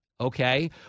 okay